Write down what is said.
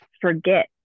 forget